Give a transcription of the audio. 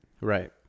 Right